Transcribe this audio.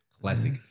Classic